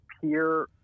peer